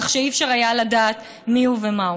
כך שלא היה אפשר לדעת מי הוא ומה הוא.